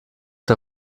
der